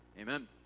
Amen